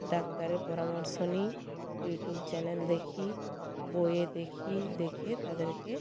ডাক্তারের পরামর্শ নিই ইউটিউব চ্যানেল দেখি বইয়ে দেখি দেখে তাদেরকে